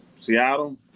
Seattle